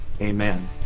amen